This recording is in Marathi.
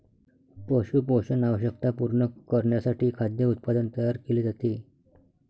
पशु पोषण आवश्यकता पूर्ण करण्यासाठी खाद्य उत्पादन तयार केले जाते